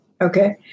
okay